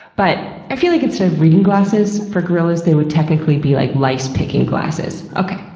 but i feel like instead of reading glasses for gorillas, they would technically be, like, lice-picking glasses. okay.